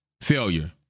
failure